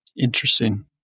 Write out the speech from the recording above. Interesting